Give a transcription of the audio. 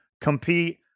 compete